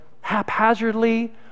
haphazardly